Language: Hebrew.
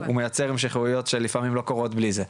הוא מייצר המשכיות שלפעמים לא קורות בלי זה.